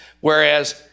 Whereas